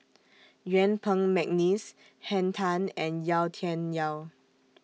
Yuen Peng Mcneice Henn Tan and Yau Tian Yau